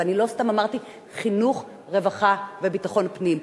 ואני לא סתם אמרתי חינוך, רווחה וביטחון פנים,